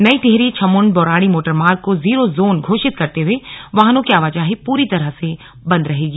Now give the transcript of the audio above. नई टिहरी छमुंड बौराड़ी मोटर मार्ग को जीरो जोन घोषित करते हुए वाहनों की आवाजाही पूरी तरह से बंद रहेगी